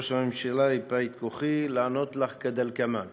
ראש הממשלה ייפה את כוחי לענות לך כדלקמן: